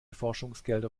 forschungsgelder